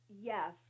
yes